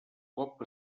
cop